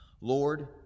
Lord